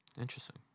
Interesting